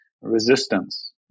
resistance